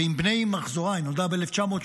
ועם בני מחזורה, היא נולדה ב-1930,